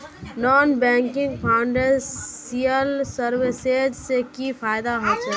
Non banking financial services से की फायदा होचे?